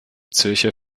zürcher